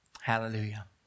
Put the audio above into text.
Hallelujah